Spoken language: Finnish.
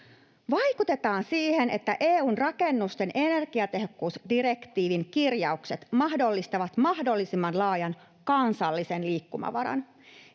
”Vaikutetaan siihen, että EU:n rakennusten energiatehokkuusdirektiivin kirjaukset mahdollistavat mahdollisimman laajan kansallisen liikkumavaran.